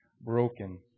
broken